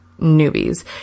newbies